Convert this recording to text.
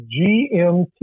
GMT